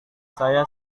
saya